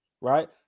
right